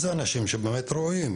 אלה אנשים שבאמת רואים.